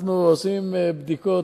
ואני אגיד את זה בצורה כללית.